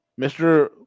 Mr